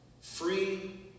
Free